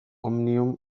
omnium